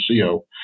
CO